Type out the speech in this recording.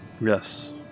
Yes